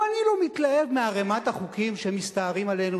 גם אני לא מתלהב מערימת החוקים שמסתערים עלינו,